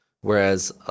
Whereas